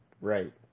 right